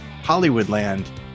Hollywoodland